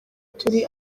turi